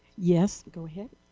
yes. go ahead.